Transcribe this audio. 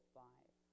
five